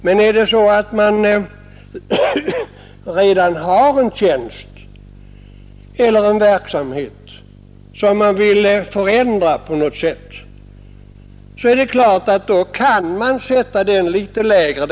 Finns det redan en tjänst eller en verksamhet som verket vill förändra på något sätt, så kan man ju sätta detta krav litet lägre.